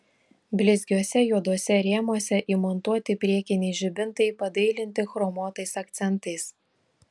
blizgiuose juoduose rėmuose įmontuoti priekiniai žibintai padailinti chromuotais akcentais